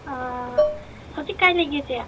ꯑꯥ ꯍꯧꯖꯤꯛ ꯀꯗꯥꯏꯗ ꯂꯩꯒꯦ ꯏꯆꯦ